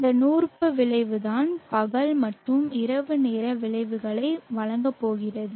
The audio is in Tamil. இந்த நூற்பு விளைவுதான் பகல் மற்றும் இரவு நேர விளைவுகளை வழங்கப் போகிறது